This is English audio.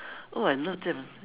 oh I love them ah